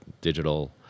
digital